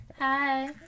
Hi